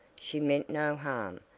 she meant no harm,